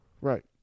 Right